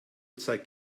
zeigt